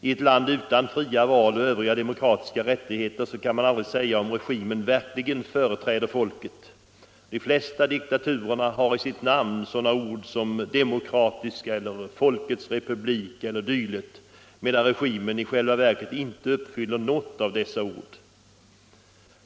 I ett land utan fria val och övriga demokratiska rättigheter kan man aldrig säga om regimen verkligen företräder folket. De flesta diktaturerna har i sina namn sådana ord som ”demokratiska”, ”folkets republik” eller dylikt medan regimen i själva verket inte svarar mot något av dessa ord.